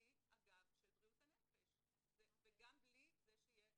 בלי הגב של בריאות הנפש וגם בלי זה שיהיה